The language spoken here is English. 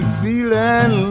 feeling